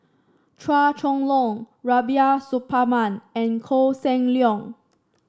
Chua Chong Long Rubiah Suparman and Koh Seng Leong